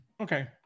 Okay